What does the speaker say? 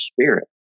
spirit